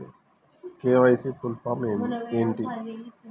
KYC full form ఏంటి?